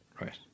Right